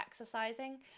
exercising